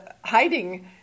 hiding